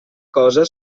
cosa